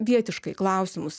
vietiškai klausimus